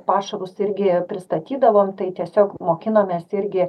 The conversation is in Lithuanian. pašarus irgi pristatydavom tai tiesiog mokinomės irgi